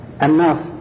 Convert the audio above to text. enough